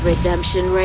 Redemption